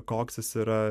koks jis yra